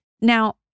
Now